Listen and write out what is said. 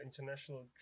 international